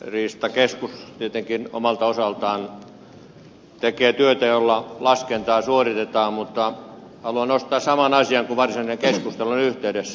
riistakeskus tekee tietenkin omalta osaltaan työtä jolla laskentaa suoritetaan mutta haluan nostaa esille saman asian kuin varsinaisen keskustelun yhteydessä